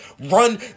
run